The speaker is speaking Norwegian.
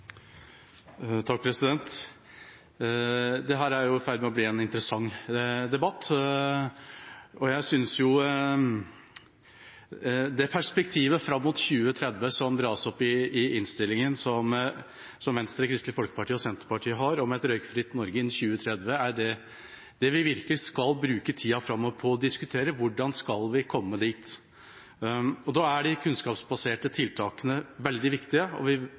er i ferd med å bli en interessant debatt. Jeg synes det perspektivet fram mot 2030 som tas opp i innstillingen, og den merknaden som Venstre, Kristelig Folkeparti og Senterpartiet har om et røykfritt Norge innen 2030, er det vi virkelig skal bruke tida framover på å diskutere. Hvordan skal vi komme dit? De kunnskapsbaserte tiltakene er veldig viktige, og vi